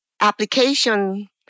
application